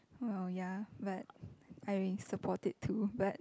oh ya but I willing support it to but